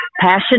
passion